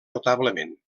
notablement